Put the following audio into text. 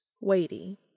weighty